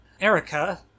Erica